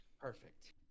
perfect